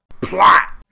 plot